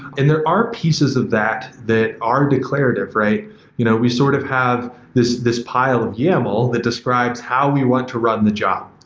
and there are pieces of that that are declarative. you know we sort of have this this pile of yaml that describes how we want to run the job.